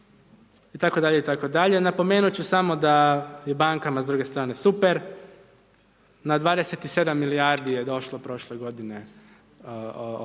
potrošača itd., itd. Napomenut ću samo da je bankama s druge strane super, na 27 milijardi je došlo prole godine, odnosno,